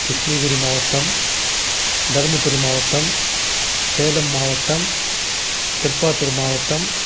கிருஷ்ணகிரி மாவட்டம் தருமபுரி மாவட்டம் சேலம் மாவட்டம் திருப்பாத்துர் மாவட்டம்